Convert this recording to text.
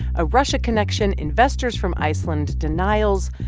a russia connection, investors from iceland, denials,